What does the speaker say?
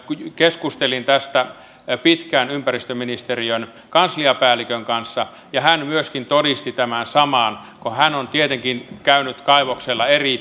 keskustelin tästä pitkään ympäristöministeriön kansliapäällikön kanssa ja hän myöskin todisti tämän saman kun hän on tietenkin käynyt kaivoksella